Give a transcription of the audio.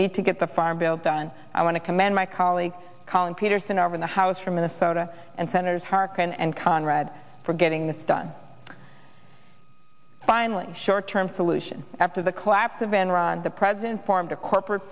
need to get the farm bill done i want to commend my colleague collin peterson over the house from minnesota and senators harkin and conrad for getting this done finally a short term solution after the collapse of enron the president formed a corporate